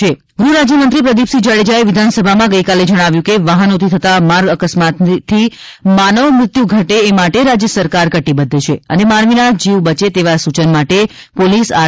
વિધાનસભા પ્રશ્નોત્તરી ગુફ રાજ્ય મંત્રી પ્રદિપસિંહ જાડેજાએ વિધાનસભામાં ગઇકાલે જણાવ્યું હતું કે વાહનોથી થતા માર્ગ અકસ્માતથી માનવ મૃત્યુ ઘટે એ માટે રાજ્ય સરકાર કટિબધ્ધ છે અને માનવીના જીવ બચે તેવા સૂચન માટે પોલીસ આર